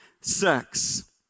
sex